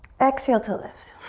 exhale to lift.